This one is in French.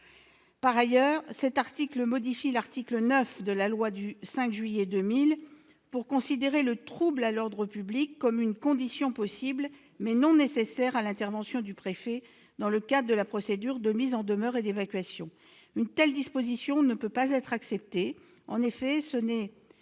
Par ailleurs, cet article modifie l'article 9 de la loi du 5 juillet 2000 pour considérer le trouble à l'ordre public comme une condition possible mais non nécessaire à l'intervention du préfet dans le cadre de la procédure de mise en demeure et d'évacuation. Une telle disposition ne peut être acceptée. En effet, ce n'est